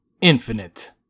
Infinite